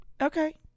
Okay